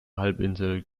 halbinsel